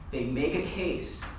they make a case.